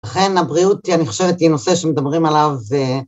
ולכן הבריאות אני חושבת היא נושא שמדברים עליו